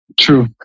True